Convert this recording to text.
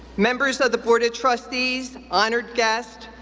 members of the board of trustees, honored guests,